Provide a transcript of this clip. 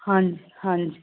ਹਾਂਜੀ ਹਾਂਜੀ